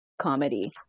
comedy